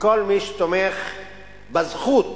וכל מי שתומך בזכות